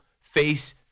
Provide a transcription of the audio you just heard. face